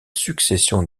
succession